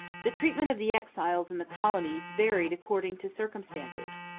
the treatment of the exiles in the colonies varied according to circumstances.